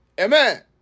Amen